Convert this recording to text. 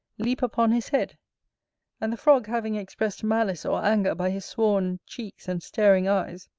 leap upon his head and the frog having expressed malice or anger by his sworn cheeks and staring eyes,